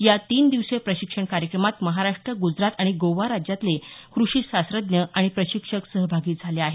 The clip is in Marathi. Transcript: या तीन दिवसीय प्रशिक्षण कार्यक्रमात महाराष्ट्र गुजरात आणि गोवा राज्यातले कृषी शास्त्रज्ञ आणि प्रशिक्षक सहभागी झाले आहेत